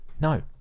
No